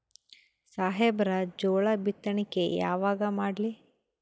ಸಾಹೇಬರ ಜೋಳ ಬಿತ್ತಣಿಕಿ ಯಾವಾಗ ಮಾಡ್ಲಿ?